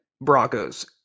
Broncos